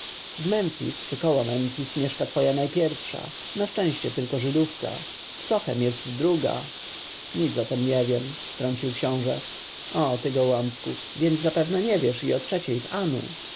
koło memfis mieszka twoja najpierwsza na szczęście tylko żydówka w sochem jest druga nic o tem nie wiem wtrącił książę o ty gołąbku więc zapewne nie wiesz i o trzeciej w